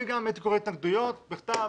אני גם הייתי קורא התנגדויות בכתב.